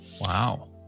wow